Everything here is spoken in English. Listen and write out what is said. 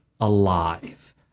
alive